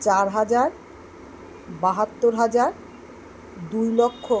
চার হাজার বাহাত্তর হাজার দু লক্ষ